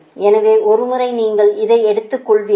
எனவே ஒருமுறை நீங்கள் இதை எடுத்துக்கொள்கிறீர்கள்